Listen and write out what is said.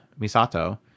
Misato